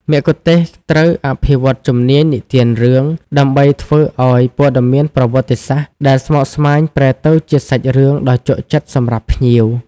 មគ្គុទ្ទេសក៍ត្រូវអភិវឌ្ឍជំនាញនិទានរឿង ដើម្បីធ្វើឱ្យព័ត៌មានប្រវត្តិសាស្ត្រដែលស្មុគស្មាញប្រែទៅជាសាច់រឿងដ៏ជក់ចិត្តសម្រាប់ភ្ញៀវ។